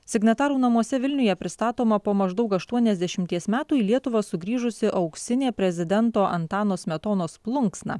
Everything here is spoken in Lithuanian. signatarų namuose vilniuje pristatoma po maždaug aštuoniasdešimties metų į lietuvą sugrįžusi auksinė prezidento antano smetonos plunksna